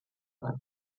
sein